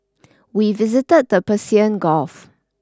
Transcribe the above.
we visited the Persian Gulf